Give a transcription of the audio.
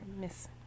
Miss